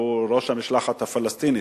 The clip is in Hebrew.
שהוא ראש המשלחת הפלסטינית,